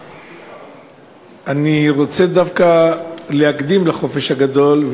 אני רוצה דווקא להקדים לחופש הגדול,